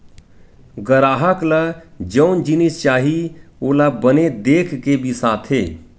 गराहक ल जउन जिनिस चाही ओला बने देख के बिसाथे